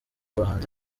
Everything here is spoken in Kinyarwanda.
abahanzi